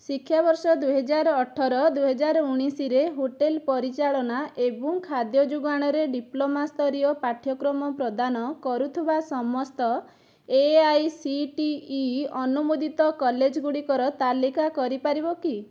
ଶିକ୍ଷାବର୍ଷ ଦୁଇହଜାର ଅଠର ଦୁଇହଜାର ଊଣାଇଶରେ ହୋଟେଲ ପରିଚାଳନା ଏବଂ ଖାଦ୍ୟ ଯୋଗାଣ ରେ ଡିପ୍ଲୋମା ସ୍ତରୀୟ ପାଠ୍ୟକ୍ରମ ପ୍ରଦାନ କରୁଥିବା ସମସ୍ତ ଏଆଇସିଟିଇ ଅନୁମୋଦିତ କଲେଜଗୁଡ଼ିକର ତାଲିକା କରିପାରିବ କି